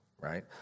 right